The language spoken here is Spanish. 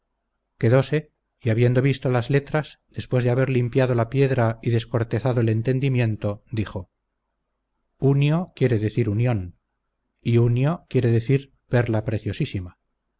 quedóse y habiendo visto las letras después de haber limpiado la piedra y descortezado el entendimiento dijo unio quiere decir unión y unio quiere decir perla preciosísima